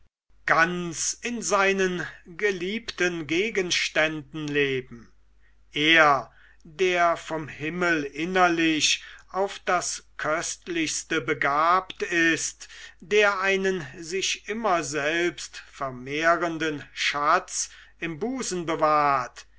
ganz in seinen geliebten gegenständen leben er der vom himmel innerlich auf das köstlichste begabt ist der einen sich immer selbst vermehrenden schatz im busen bewahrt